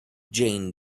jane